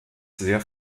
sehr